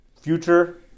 future